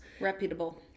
reputable